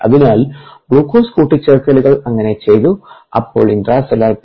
അതിനാൽ ഗ്ലൂക്കോസ് കൂട്ടിച്ചേർക്കലുകൾ അങ്ങനെ ചെയ്തു അപ്പോൾ ഇൻട്രാസെല്ലുലാർ പി